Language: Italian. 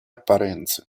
apparenze